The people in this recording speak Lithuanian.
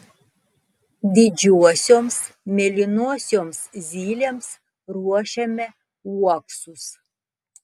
didžiosioms mėlynosioms zylėms ruošiame uoksus